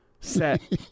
set